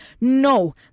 No